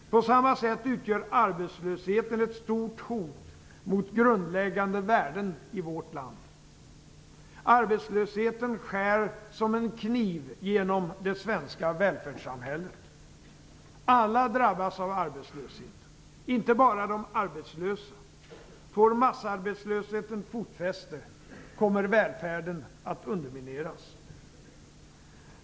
På samma sätt utgör arbetslösheten ett stort hot mot grundläggande värden i vårt land. Arbetslösheten skär som en kniv genom det svenska välfärdssamhället. Alla drabbas av arbetslösheten, inte bara de arbetslösa. Får massarbetslösheten fotfäste kommer välfärden att undermineras.